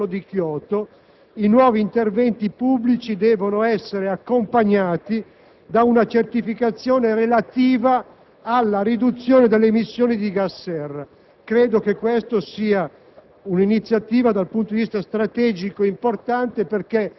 al fine del raggiungimento degli obiettivi previsti dal Protocollo di Kyoto, i nuovi interventi pubblici devono essere accompagnati da una certificazione relativa alla riduzione delle emissioni di gas serra. Si tratta di